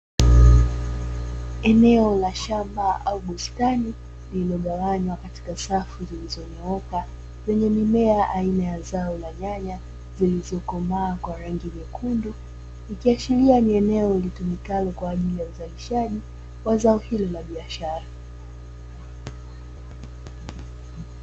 Eneo la shamba au bustani lilogawanywa katika safu zilizonyooka, zenye mimea aina ya zao la nyanya zilizokomaa kwa rangi nyekundu, ikiashiria ni eneo litumikalo kwa ajili ya uzalishaji wa zao hilo la biashara.